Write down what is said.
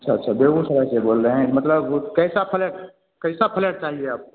अच्छा अच्छा बेगूसराय से बोल रहे हैं मतलब कैसा फ्लैट कैसा फ्लैट चाहिए आपको